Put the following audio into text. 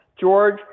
George